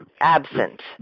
Absent